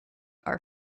are